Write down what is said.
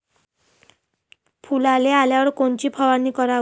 फुलाले आल्यावर कोनची फवारनी कराव?